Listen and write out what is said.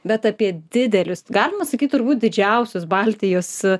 bet apie didelius galima sakyt turbūt didžiausius baltijos